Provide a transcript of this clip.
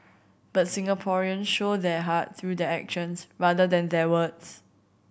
but Singaporeans show their heart through their actions rather than their words